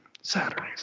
Saturdays